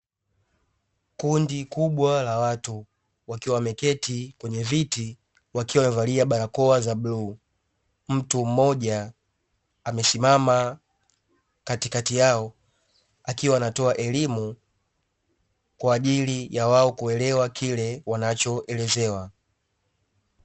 Kundi kubwa la watu wakiwa wameketi kwenye viti wakiwa wamevalia barakoa za bluu. Mtu mmoja amesimama katikati yao akiwa anatoa elimu, kwa ajili ya wao kuelewa kile wanachoelezewa.